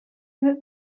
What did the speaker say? that